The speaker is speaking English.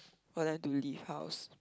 for them to leave house